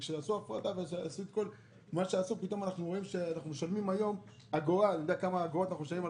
כשעשו הפרטה פתאום אנחנו רואים שאנחנו משלמים אגורה על שיחה.